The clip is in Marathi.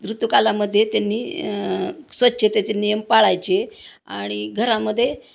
ऋतूकालामध्ये त्यांनी स्वच्छतेचे नियम पाळायचे आणि घरामध्ये